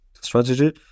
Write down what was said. Strategy